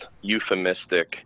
euphemistic –